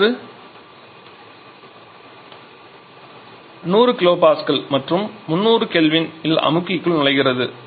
காற்று 100 kP மற்றும் 300 K இல் அமுக்கிக்குள் நுழைகிறது